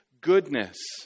goodness